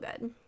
good